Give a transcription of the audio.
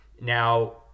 Now